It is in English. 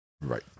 Right